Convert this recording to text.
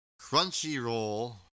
Crunchyroll